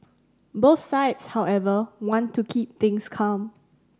both sides however want to keep things calm